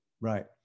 right